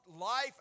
life